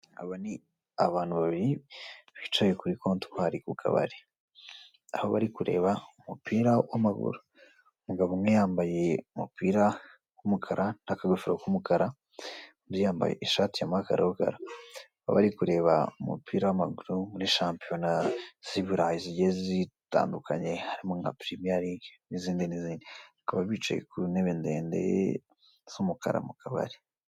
Aba ni abantu babiri bicaye kuri kontwari kukabari aho bari kureba umupira w'amaguru, umugabo umwe yambaye umupira w'umukara n'akagofero k'umukara undi yambaye ishati yakarokaro, bakaba bari kureba umupira w'amaguru muri shapiyona z'i burayi zigiye zitandukanye harimo Premier League ni zindi n'izindi, bakabicaye k'untebe ndende z'umukara mu akabari.